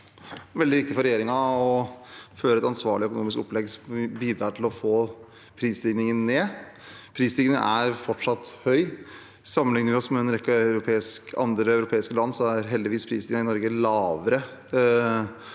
har vært veldig viktig for regjeringen å føre et ansvarlig økonomisk opplegg som bidrar til å få prisstigningen ned. Prisstigningen er fortsatt høy. Sammenligner vi oss med en rekke andre europeiske land, er heldigvis prisene i Norge lavere